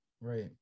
right